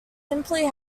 simply